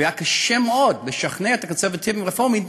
והיה קשה מאוד לשכנע את הקונסרבטיבים והרפורמים,